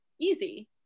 easy